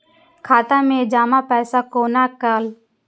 खाता मैं जमा पैसा कोना कल